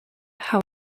how